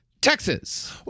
Texas